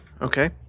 Okay